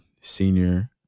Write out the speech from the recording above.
senior